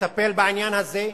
לטפל בעניין הזה,